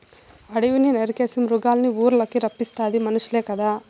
అడివిని నరికేసి మృగాల్నిఊర్లకి రప్పిస్తాది మనుసులే కదా